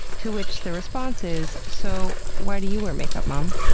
to which the response is, so, why do you wear make-up, mom?